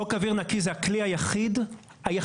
חוק אוויר נקי זה הכלי היחיד שעומד